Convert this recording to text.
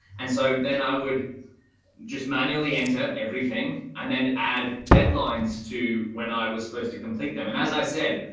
and so then i would just manually enter everything. and then add deadlines to when i was supposed to complete them. and as i said,